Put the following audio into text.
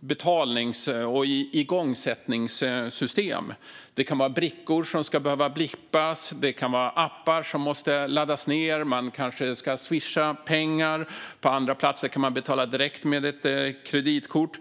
betalnings och igångsättningssystem. Det kan vara brickor som ska blippas eller appar som måste laddas ned. Man kanske ska swisha pengar medan man på andra platser kan betala direkt med ett kreditkort.